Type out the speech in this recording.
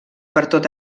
pertot